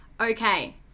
Okay